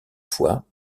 fois